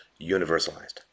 universalized